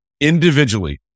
individually